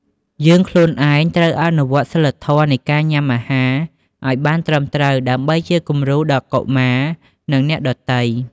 យើងខ្លួនឯងត្រូវអនុវត្តសីលធម៌នៃការញ៉ាំអាហារឲ្យបានត្រឹមត្រូវ ដើម្បីជាគំរូដល់កុមារ និងអ្នកដទៃ។